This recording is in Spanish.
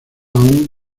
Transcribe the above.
aún